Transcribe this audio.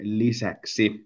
lisäksi